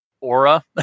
aura